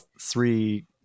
three